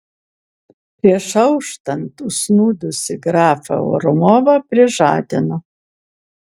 prieš auštant užsnūdusį grafą orlovą prižadino